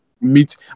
meet